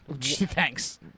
Thanks